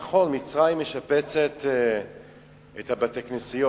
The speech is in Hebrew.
נכון, מצרים משפצת את בתי-הכנסיות,